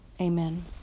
Amen